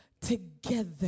together